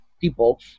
People